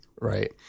right